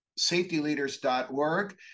safetyleaders.org